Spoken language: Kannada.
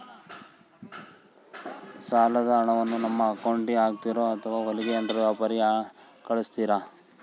ಸಾಲದ ಹಣವನ್ನು ನಮ್ಮ ಅಕೌಂಟಿಗೆ ಹಾಕ್ತಿರೋ ಅಥವಾ ಹೊಲಿಗೆ ಯಂತ್ರದ ವ್ಯಾಪಾರಿಗೆ ಕಳಿಸ್ತಿರಾ?